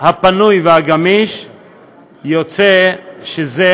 הפנוי והגמיש יוצא שזה